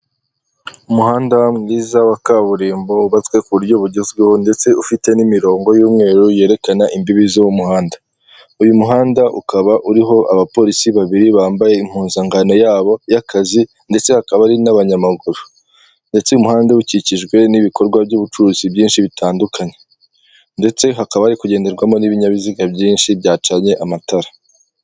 Umuhanda mwiza wa kaburimbo wubatswe kuburyo bugezweho ndetse ufite n'imirongo y'umweru yerekana imbibi z'uwo m'umuhanda, uyu muhanda ukaba uriho abapolisi babiri bambaye impuzangano yabo y'akazi ndetse hakaba hari n'abanyamaguru, ndetse uyu muhanda ukikijwe n'ibikorwa by'ubucuruzi bitandukanye, ndetse hakaba hari kugenderwamo ibinyabiziga byinshi byacanye amatara.